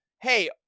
hey